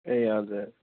ए हजुर